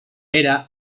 era